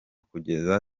kugeza